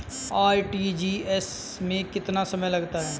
RTGS में कितना समय लगता है?